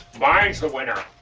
mine's the winner.